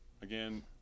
again